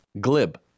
Glib